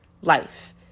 life